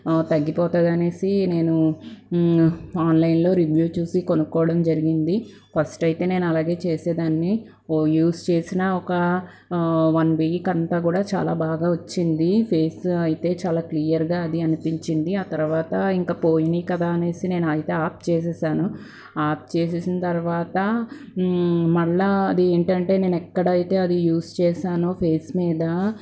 తగ్గిపోతుంది అనేసి నేను ఆన్లైన్లో రివ్యూ చూసి కొనుక్కోవడం జరిగింది ఫస్ట్ అయితే నేను అలాగే చేసేదాన్ని ఓ యూజ్ చేసిన ఒక వన్ వీక్ అంతా కూడా చాలా బాగా వచ్చింది ఫేస్ అయితే చాలా క్లియర్గా అది అనిపించింది ఆ తర్వాత ఇంకా పోయినాయి కదా అనేసి నేను ఐతే ఆఫ్ చేసేసాను ఆఫ్ చేసేసిన తర్వాత మళ్ళీ అది ఏంటంటే నేను ఎక్కడైతే అది యూజ్ చేసానో ఫేస్ మీద